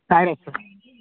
Sainish sir